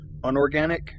unorganic